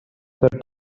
book